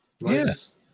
Yes